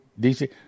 DC